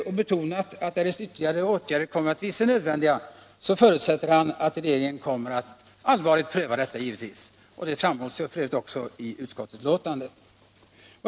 Han betonade att därest ytterligare åtgärder visar sig nödvändiga, förutsätter han att regeringen kommer att allvarligt pröva detta. Det framhålles för övrigt också i utskottsbetänkandet.